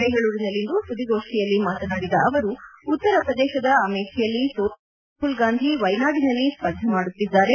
ಬೆಂಗಳೂರಿನಲ್ಲಿಂದು ಸುದ್ದಿಗೋಷ್ಠಿಯಲ್ಲಿ ಮಾತನಾಡಿದ ಅವರು ಉತ್ತರ ಪ್ರದೇಶದ ಅಮೇಥಿಯಲ್ಲಿ ಸೋಲುವ ಭೀತಿಯಂದ ರಾಹುಲ್ ಗಾಂಧಿ ವೈನಾಡಿನಲ್ಲಿ ಸ್ವರ್ಧೆ ಮಾಡುತ್ತಿದ್ದಾರೆ